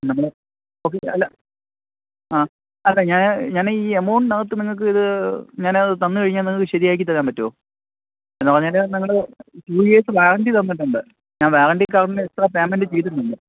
നമ്മള് ഓക്കെ അല്ല ആ അല്ല ഞാൻ ഞാന് ഈ എമൗണ്ടിനകത്തു നിങ്ങക്ക് ഇത് ഞാന് അതു തന്നുകഴിഞ്ഞാല് നിങ്ങള്ക്കു ശരിയാക്കിത്തരാൻ പറ്റുമോ നിങ്ങള് ടു ഇയേർസ് വാറണ്ടി തന്നിട്ടുണ്ട് ഞാൻ വാറണ്ടി കാർഡിന്റെ എക്സ്ട്രാ പേയ്മെന്റ് ചെയ്തിട്ടുണ്ട്